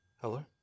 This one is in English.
Hello